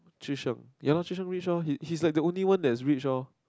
Zhi-Sheng ya lor Zhi-Sheng rich lor he he's like the one that is rich lor